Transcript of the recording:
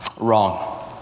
wrong